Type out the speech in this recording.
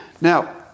Now